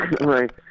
Right